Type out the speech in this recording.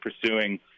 pursuing